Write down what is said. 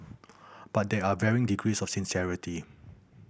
but there are varying degrees of sincerity